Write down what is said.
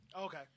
Okay